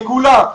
לכולם,